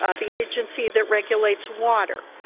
ah the agency that regulates water,